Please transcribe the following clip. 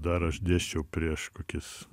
dar aš dėsčiau prieš kokis